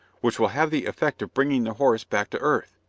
which will have the effect of bringing the horse back to earth.